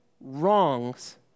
wrongs